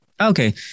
Okay